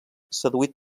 seduït